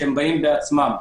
שבאים בעצמם.